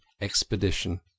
expedition